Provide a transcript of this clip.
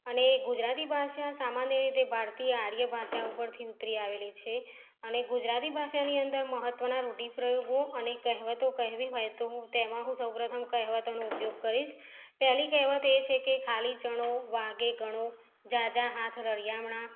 અને ગુજરાતી ભાષા સામાન્ય રીતે ભારતીય આર્ય ભાષા ઉપરથી ઉતરી આવેલી છે અને ગુજરાતી ભાષાની અંદર મહત્ત્વના રૂઢિપ્રયોગો કહેવતો કહેવી હોય તો હું તેમાં સૌ પ્રથમ કહેવતોનો ઉપયોગ કરીશ પહેલી કહેવત એ છે કે ખાલી ચણો વાગે ઘણો ઝાઝા હાથ રળિયામણા